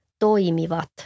toimivat